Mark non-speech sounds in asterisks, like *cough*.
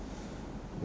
*breath*